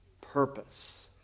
purpose